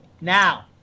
now